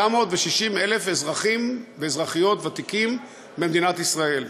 960,000 אזרחים ואזרחיות ותיקים במדינת ישראל.